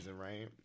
right